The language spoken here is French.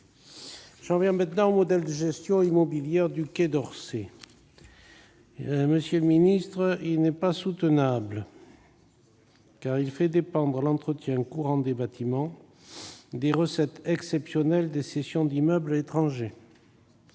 J'en viens maintenant au modèle de gestion immobilière du Quai d'Orsay. Il n'est pas soutenable, car il fait dépendre l'entretien courant des bâtiments des recettes exceptionnelles des cessions d'immeubles à l'étranger.